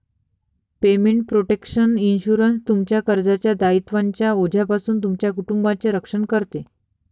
payment protection insurance, तुमच्या कर्जाच्या दायित्वांच्या ओझ्यापासून तुमच्या कुटुंबाचे रक्षण करते